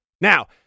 Now